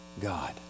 God